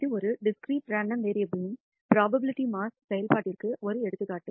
இது ஒரு discrete random வேரியபுல்ன் புரோபாபிலிடி மாஸ் செயல்பாட்டிற்கு ஒரு எடுத்துக்காட்டு